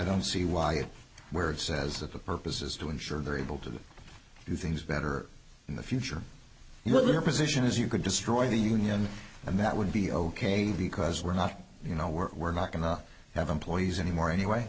don't see why you where it says that the purpose is to ensure they're able to do things better in the future what their position is you could destroy the union and that would be ok because we're not you know we're we're not going to have employees anymore anyway